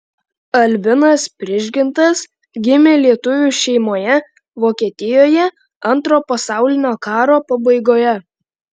albinas prižgintas gimė lietuvių šeimoje vokietijoje antro pasaulinio karo pabaigoje